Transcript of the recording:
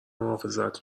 محافظت